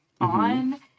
on